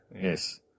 Yes